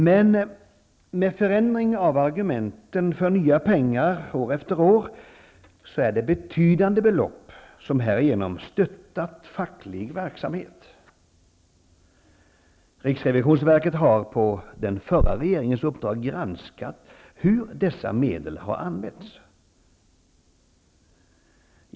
Men med förändring av argumenten för nya pengar år efter år är det betydande belopp som härigenom stöttat facklig verksamhet. Riksrevisionsverket har på den förra regeringens uppdrag granskat hur dessa medel har använts.